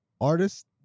artist